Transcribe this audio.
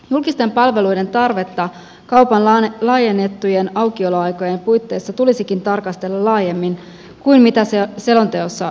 julkisten palveluiden tarvetta kaupan laajennettujen aukioloaikojen puitteissa tulisikin tarkastella laajemmin kuin mitä selonteossa nyt on tehty